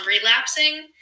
relapsing